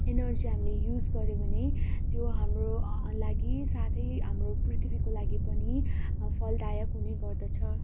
energy हामीले use गर्यौँ भने त्यो हाम्रो लागि साथै हाम्रो पृथ्वीको लागि पनि फलदायक हुने गर्दछ